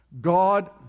God